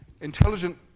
Intelligent